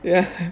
yeah